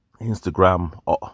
Instagram